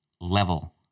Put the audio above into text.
level